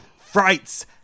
frights